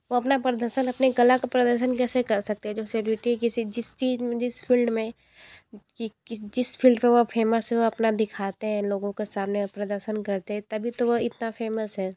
वो अपना प्रदर्शन अपने कला का प्रदर्शन कैसे कर सकते है जो सेलिब्रिटी किसी जिस चीज में जिस फील्ड में जिस फील्ड पे वह फेमस है वो अपना दिखाते हैं लोगों के सामने प्रदर्शन करते हैं तभी तो वो इतना फेमस हैं